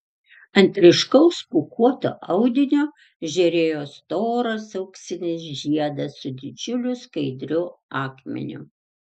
ant ryškaus pūkuoto audinio žėrėjo storas auksinis žiedas su didžiuliu skaidriu akmeniu